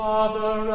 Father